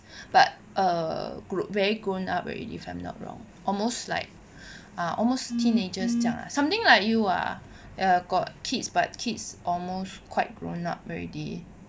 but err grown very grown up already if I'm not wrong almost like ah almost teenagers 这样 something like you ah got kids but kids almost quite grown up already